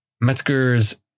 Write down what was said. Metzger's